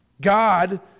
God